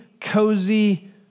cozy